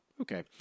Okay